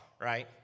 right